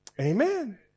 Amen